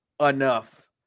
enough